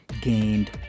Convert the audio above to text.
gained